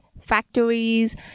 factories